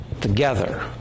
together